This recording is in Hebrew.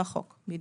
בדיוק, בחוק.